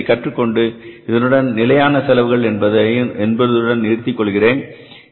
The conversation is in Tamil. எனவே இதை கற்றுக்கொண்டு இதனுடன் நிலையான செலவுகள் என்பதுடன் நான் நிறுத்திக் கொள்கிறேன்